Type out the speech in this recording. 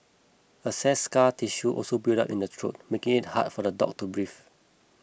excess scar tissue can also build up in the throat making it hard for the dog to breathe